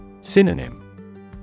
Synonym